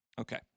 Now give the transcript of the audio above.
Okay